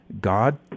God